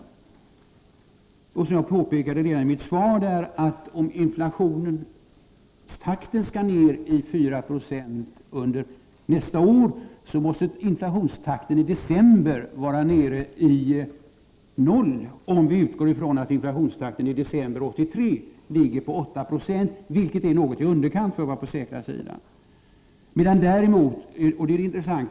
Som jag påpekade redan i min fråga måste, om inflationstakten skall ned i4 96 under nästa år, inflationstakten i december vara nere i 0 — om vi utgår från att inflationstakten i december 1983 ligger på 8 26, en siffra som jag angivit något i underkant för att vara på den säkra sidan.